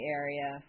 area